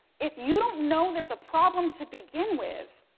if you don't know there's a problem to begin with,